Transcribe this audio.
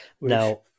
Now